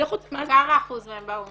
אז איך -- כמה אחוז מהם באו ממוסדות?